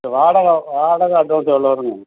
இந்த வாடகை வாடகை அட்வான்ஸ் எவ்வளோ வருங்க